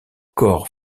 corps